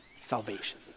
Salvation